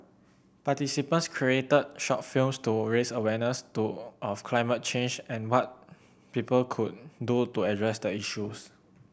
participants created short films to raise awareness do of climate change and what people could do to address the issues